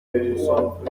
w’ingabo